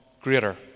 greater